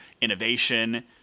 innovation